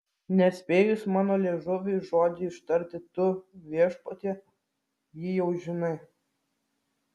nespėjus mano liežuviui žodį ištarti tu viešpatie jį jau žinai